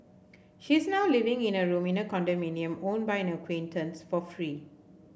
she is now living in a room in a condominium owned by an acquaintance for free